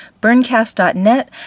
BurnCast.net